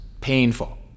painful